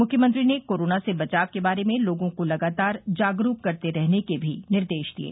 मुख्यमंत्री ने कोरोना से बचाव के बारे में लोगों को लगातार जागरूक करते रहने के भी निर्देश दिये